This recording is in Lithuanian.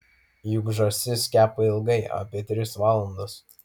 juk žąsis kepa ilgai apie tris valandas